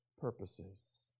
purposes